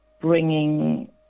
bringing